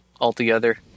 altogether